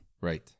Right